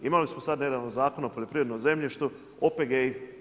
Imali smo sad nedavno Zakon o poljoprivrednom zemljištu, OPG-i.